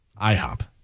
IHOP